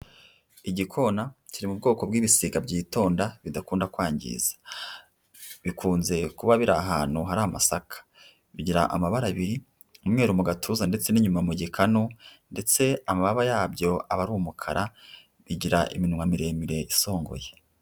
Igikona kiri mu bwoko bw'ibisiga byitonda bidakunda kwangiza. Bikunze kuba biri ahantu hari amasaka. Bigira amabara abiri; umweru mu gatuza ndetse n'inyuma mu gikanu ndetse amababa yabyo aba ari umukara, bigira iminwa miremire isongoye.